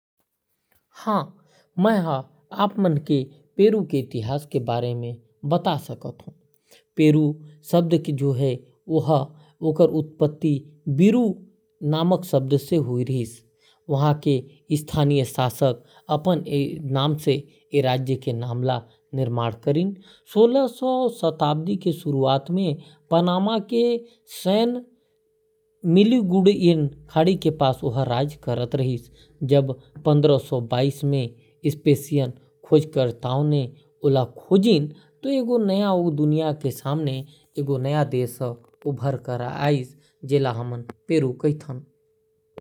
पेरू के इतिहास बहुत पुराना हावय। इहां कई ठिन ऐतिहासिक स्थल हे। पेरू के ऐतिहासिक महत्ता के बारे म जानकारी। पेरू म पन्द्रह हजार बछर पहिली ले लोगन मन राहत हे। पेरू म कई सभ्यता विकसित होइस जइसे Chavin, Moche, Nazca, Wari, Chimu, अउ चाचापॉय। पेरू इंका साम्राज्य के घर रिहिस, जेन प्री-कोलंबियाई अमेरिका के सबले बड़का अउ सबले उन्नत राज्य रिहिस। इंका साम्राज्य ह भव्य किला अउ मार्ग बनाये रिहिस। इंका साम्राज्य ह एंडीज पर्वत म माचू पिचू जइसे प्राचीन शहर बनाये रिहिस। माचू पिचू आधुनिक दुनिया के सात अजूबा म ले एक हावय।